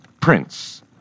prince